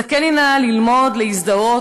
זכני נא ללמוד להזדהות,